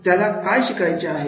त्याला काय शिकायचे आहे